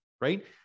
right